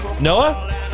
noah